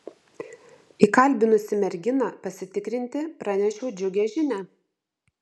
įkalbinusi merginą pasitikrinti pranešiau džiugią žinią